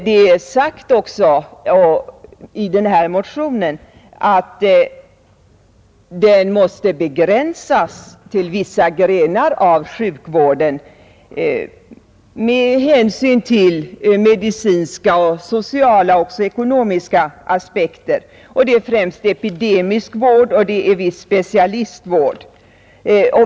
Det har också i motionen framhållits att möjligheterna till extern sjukhuslokalisering måste med hänsyn till medicinska, sociala och också ekonomiska aspekter begränsas för vissa grenar av sjukvården. Det gäller främst epidemisk vård och specialistvård.